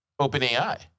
OpenAI